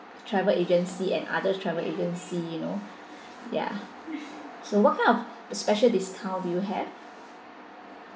travel agency and others travel agency you know ya so what kind of special discount do you have